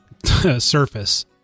surface